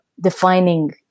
defining